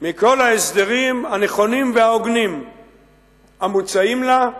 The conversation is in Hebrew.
מכל ההסדרים הנכונים וההוגנים המוצעים לה,